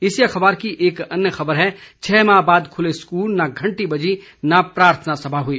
इसी अखबार की एक अन्य खबर है छह माह बाद खुले स्कूल न घंटी बजी न प्रार्थना सभा हुई